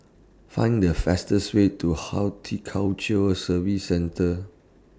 Find The fastest Way to Horticulture Services Centre